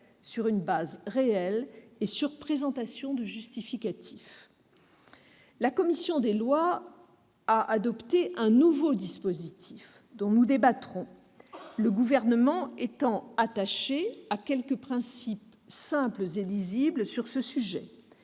sur une base réelle et sur présentation de justificatifs. La commission des lois a adopté un nouveau dispositif dont nous débattrons, le Gouvernement étant attaché à quelques principes simples et lisibles sur ce sujet